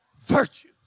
virtue